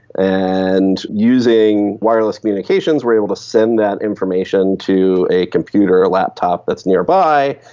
and using wireless communications we are able to send that information to a computer, a laptop that's nearby,